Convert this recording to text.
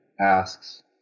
asks